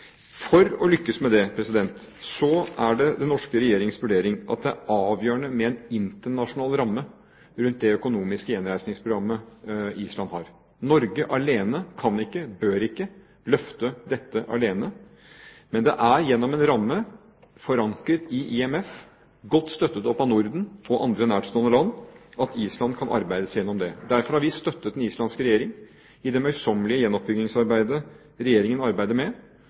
For å lykkes med det er det den norske regjerings vurdering at det er avgjørende med en internasjonal ramme rundt det økonomiske gjenreisningsprogrammet Island har. Norge alene kan ikke, bør ikke, løfte dette alene. Men det er gjennom en ramme, forankret i IMF, godt støttet av Norden og andre nærstående land, at Island kan arbeide seg gjennom det. Derfor har vi støttet den islandske regjering i det møysommelige gjenoppbyggingsarbeidet til regjeringen, og der kan Island regne med